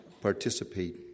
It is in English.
participate